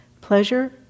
pleasure